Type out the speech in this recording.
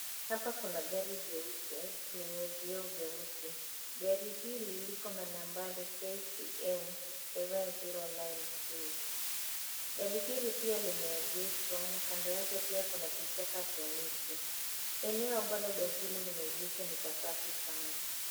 Hapa kuna gari jeupe lenye vioo vyeusi. Gari hili liko na nambari KCM 709K. Gari hili pia limeegeshwa na kando yake pia kuna vichaka vya miti. Eneo ambalo gari hili limeegeshwa ni pasafi sana.